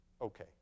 Okay